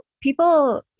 people